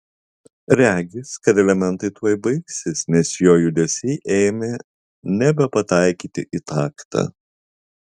regis kad elementai tuoj baigsis nes jo judesiai ėmė nebepataikyti į taktą